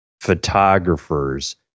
photographers